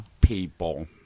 people